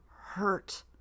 hurt